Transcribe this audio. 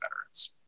veterans